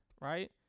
right